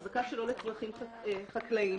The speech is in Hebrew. החזקה שלא לצרכים חקלאיים